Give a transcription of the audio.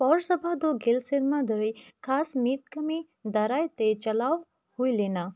ᱯᱳᱣᱨᱚᱥᱚᱵᱷᱟ ᱫᱚ ᱜᱮᱞ ᱥᱮᱨᱢᱟ ᱫᱷᱚᱨᱮ ᱠᱷᱟᱥ ᱢᱤᱫ ᱠᱟᱹᱢᱤ ᱫᱟᱨᱟᱭ ᱛᱮ ᱪᱟᱞᱟᱣ ᱦᱩᱭ ᱞᱮᱱᱟ